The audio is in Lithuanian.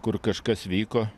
kur kažkas vyko